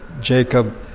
Jacob